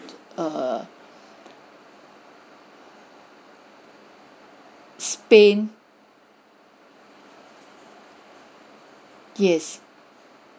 err spain yes